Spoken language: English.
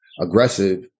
aggressive